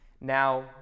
Now